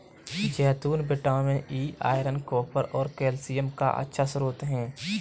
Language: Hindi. जैतून विटामिन ई, आयरन, कॉपर और कैल्शियम का अच्छा स्रोत हैं